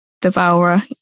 Devourer